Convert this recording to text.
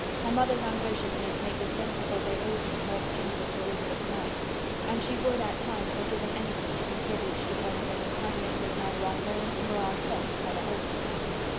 her mother's ungraciousness, made the sense of what they owed him more painful to elizabeth's mind and she would, at times, have given anything to be privileged to tell him that his kindness was neither unknown nor unfelt by the whole of the family.